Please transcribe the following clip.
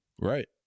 Right